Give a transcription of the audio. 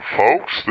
folks